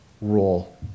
role